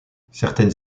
certaines